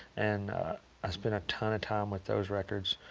and i spent a ton of time with those records.